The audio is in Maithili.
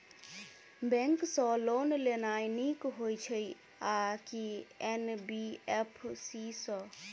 बैंक सँ लोन लेनाय नीक होइ छै आ की एन.बी.एफ.सी सँ?